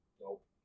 Nope